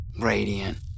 Radiant